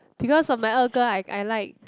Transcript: because of my 二哥 I I like